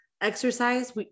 exercise